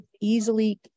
easily